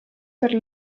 per